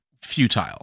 futile